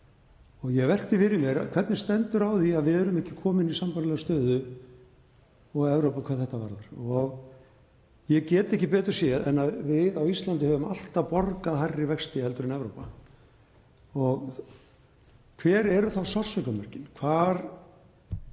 og ég velti fyrir mér: Hvernig stendur á því að við erum ekki komin í sambærilega stöðu og Evrópa hvað þetta varðar? Ég get ekki betur séð en að við á Íslandi höfum alltaf borgað hærri vexti en í Evrópu. Hvar eru sársaukamörkin? Hvað